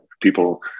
people